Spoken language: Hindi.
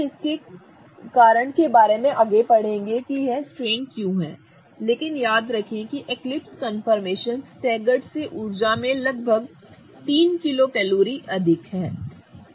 हम इसके कारण के बारे में आगे पढ़ेंगे कि यह स्ट्रेनड क्यों है लेकिन याद रखें कि एक्लिप्स कन्फर्मेशन स्टेगर्ड से ऊर्जा में लगभग 3 किलो कैलोरी अधिक है